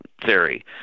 theory